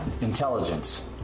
Intelligence